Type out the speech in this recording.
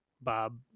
Bob